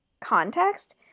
context